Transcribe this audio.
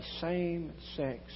same-sex